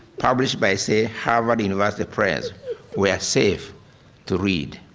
published by say harvard university press were safe to read.